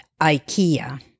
IKEA